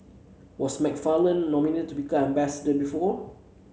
was McFarland nominated to become ambassador before